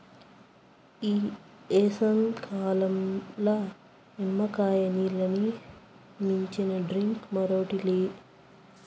ఈ ఏసంకాలంల నిమ్మకాయ నీల్లని మించిన డ్రింక్ మరోటి లే